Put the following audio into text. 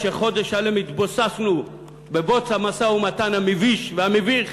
כשחודש שלם התבוססנו בבוץ המשא-ומתן המביש והמביך,